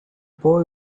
boy